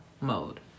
mode